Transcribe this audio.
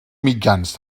mitjans